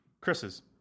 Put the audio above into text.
Chris's